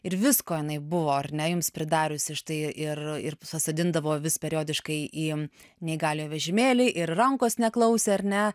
ir visko jinai buvo ar ne jums pridariusi štai ir ir pasodindavo vis periodiškai į neįgaliojo vežimėlį ir rankos neklausė ar ne